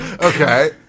Okay